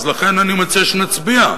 לכן אני מציע שנצביע.